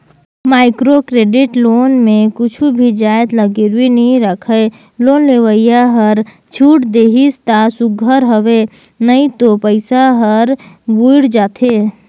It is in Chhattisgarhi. माइक्रो क्रेडिट लोन में कुछु भी जाएत ल गिरवी नी राखय लोन लेवइया हर छूट देहिस ता सुग्घर हवे नई तो पइसा हर बुइड़ जाथे